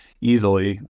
easily